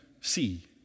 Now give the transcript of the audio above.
see